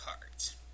cards